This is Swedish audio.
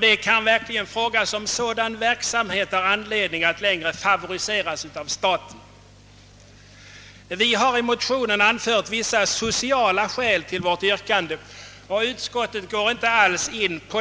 Det kan verkligen ifrågasättas, om staten längre har anledning att favorisera sådan verksamhet. Vi har i motionen anfört vissa sociala skäl för vårt yrkande. Utskottet går inte alls in härpå.